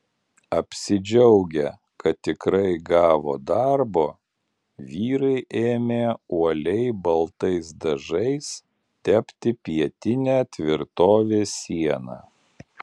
apsidžiaugę kad tikrai gavo darbo vyrai ėmė uoliai baltais dažais tepti pietinę tvirtovės sieną